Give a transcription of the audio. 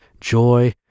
joy